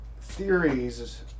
theories